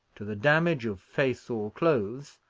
to the damage of face or clothes,